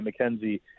McKenzie